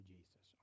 Jesus